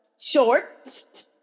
short